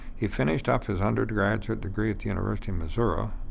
he finished up his undergraduate degree at the university of missouri,